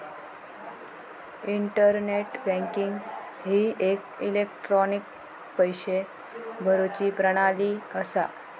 internet banking ही एक electronic पैशे भरुची प्रणाली असा